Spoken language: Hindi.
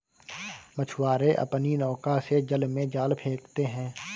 मछुआरे अपनी नौका से जल में जाल फेंकते हैं